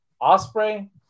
Osprey